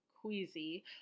queasy